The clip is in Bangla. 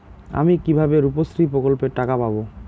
আমি কিভাবে রুপশ্রী প্রকল্পের টাকা পাবো?